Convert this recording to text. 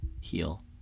heal